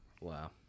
wow